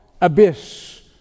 abyss